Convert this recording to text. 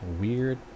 weird